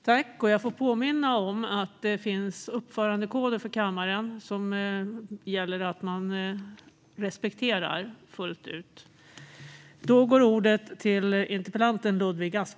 Jag får påminna om att det finns uppförandekoder för kammaren som det gäller att man respekterar fullt ut.